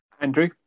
Andrew